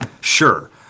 sure